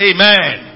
Amen